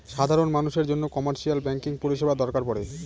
সাধারন মানুষের জন্য কমার্শিয়াল ব্যাঙ্কিং পরিষেবা দরকার পরে